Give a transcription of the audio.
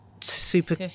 super